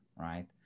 right